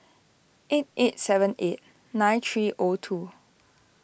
eight eight seven eight nine three O two